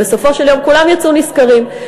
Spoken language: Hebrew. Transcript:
בסופו של יום כולם יצאו נשכרים.